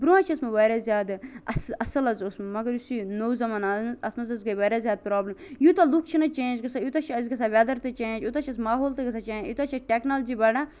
برونٛہہ حظ چھِ ٲسمتۍ واریاہ زیادٕ اصل اصل حظ اوسمُت مگر یُس یہِ نوٚو زَمان آو نہ حظ اتھ مَنٛز حظ گے واریاہ زیادٕ پرابلم یوتاہ لُکھ چھِ نہ چینٛج گَژھان یوتاہ چھُ اَسہِ گَژھان ویٚدر تہِ چینٛج ایوتاہ چھُ اَسہِ ماحول تہِ گَژھان چینٛج یوتاہ چھِ اَسہِ ٹیٚکنالجی بَڑان